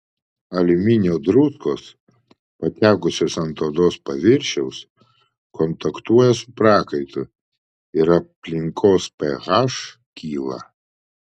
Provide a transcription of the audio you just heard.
aliuminio druskos patekusios ant odos paviršiaus kontaktuoja su prakaitu ir aplinkos ph kyla